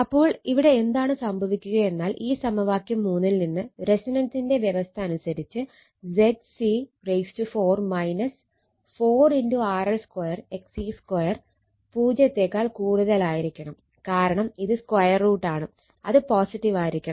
അപ്പോൾ ഇവിടെ എന്താണ് സംഭവിക്കുകയെന്നാൽ ഈ സമവാക്യം ൽ നിന്ന് റെസൊണന്സിന്റെ വ്യവസ്ഥ അനുസരിച്ച് ZC4 4 RL2 XC2 0 ആയിരിക്കണം കാരണം ഇത് സ്ക്വയർ റൂട്ടാണ് അത് പോസിറ്റീവായിരിക്കണം